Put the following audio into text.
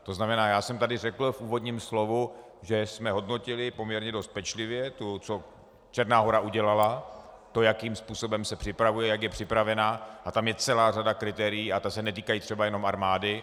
To znamená, že jsem tady řekl v úvodním slovu, že jsme hodnotili poměrně dost pečlivě, co Černá Hora udělala, jakým způsobem se připravuje, jak je připravena, a tam je celá řada kritérií a ta se netýkají třeba jenom armády.